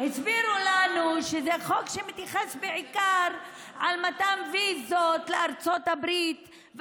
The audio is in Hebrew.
הסבירו לנו שזה חוק שמתייחס בעיקר למתן ויזות לארצות הברית,